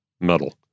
metal